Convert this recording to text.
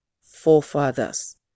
forefathers